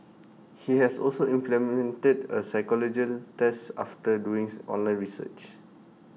he has also implemented A test after doings online research